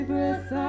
breath